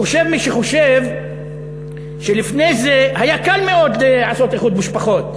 חושב מי שחושב שלפני זה היה קל מאוד לעשות איחוד משפחות,